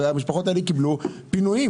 הרי המשפחות האלה קיבלו צו פינוי.